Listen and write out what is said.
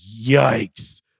yikes